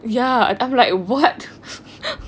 ya I'm like what